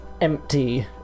empty